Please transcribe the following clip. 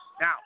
Now